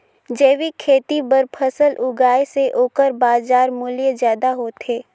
जैविक खेती बर फसल उगाए से ओकर बाजार मूल्य ज्यादा होथे